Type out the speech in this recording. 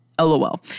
LOL